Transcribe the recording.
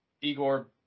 Igor